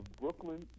Brooklyn